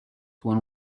one